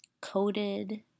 coated